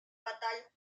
bataille